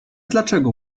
dlaczego